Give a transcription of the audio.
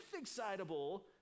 excitable